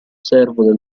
servo